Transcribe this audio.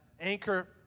anchor